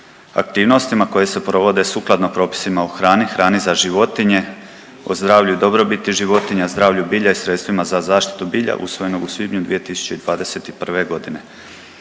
aktivnostima koje se provode sukladno propisima o hrani, hrani za životinje, o zdravlju i dobrobiti životinja, zdravlju bilja i sredstvima za zaštitu bilja usvojenog u svibnju 2021.g.